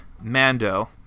Mando